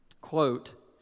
quote